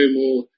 more